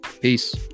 Peace